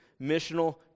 missional